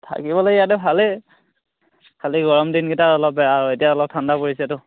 থাকিবলৈ ইয়াতে ভালেই খালী গৰম দিনকেইটা অলপ বেয়া আৰু এতিয়া অলপ ঠাণ্ডা পৰিছেতো